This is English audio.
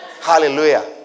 Hallelujah